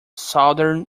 southern